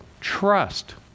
trust